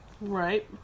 Right